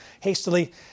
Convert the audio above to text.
hastily